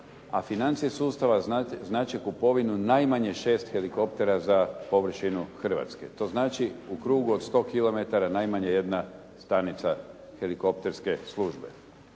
a financije sustava znači kupovinu najmanje kupovinu 6 helikoptera za površinu Hrvatske. To znači u krugu od 100 kilometara najmanje jedna stanica helikopterske službe.